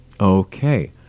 Okay